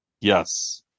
Yes